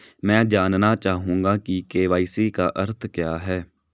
मैं जानना चाहूंगा कि के.वाई.सी का अर्थ क्या है?